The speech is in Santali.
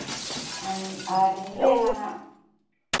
ᱟᱨ ᱟᱨᱤᱧ ᱞᱟᱹᱭᱟᱢᱟ ᱱᱟᱜ